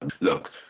look